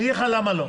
אני אגיד לך למה לא,